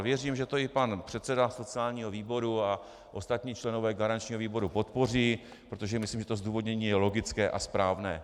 Věřím, že to i pan předseda sociálního výboru a ostatní členové garančního výboru podpoří, protože myslím, že to zdůvodnění je logické a správné.